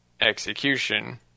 execution